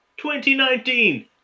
2019